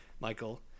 Michael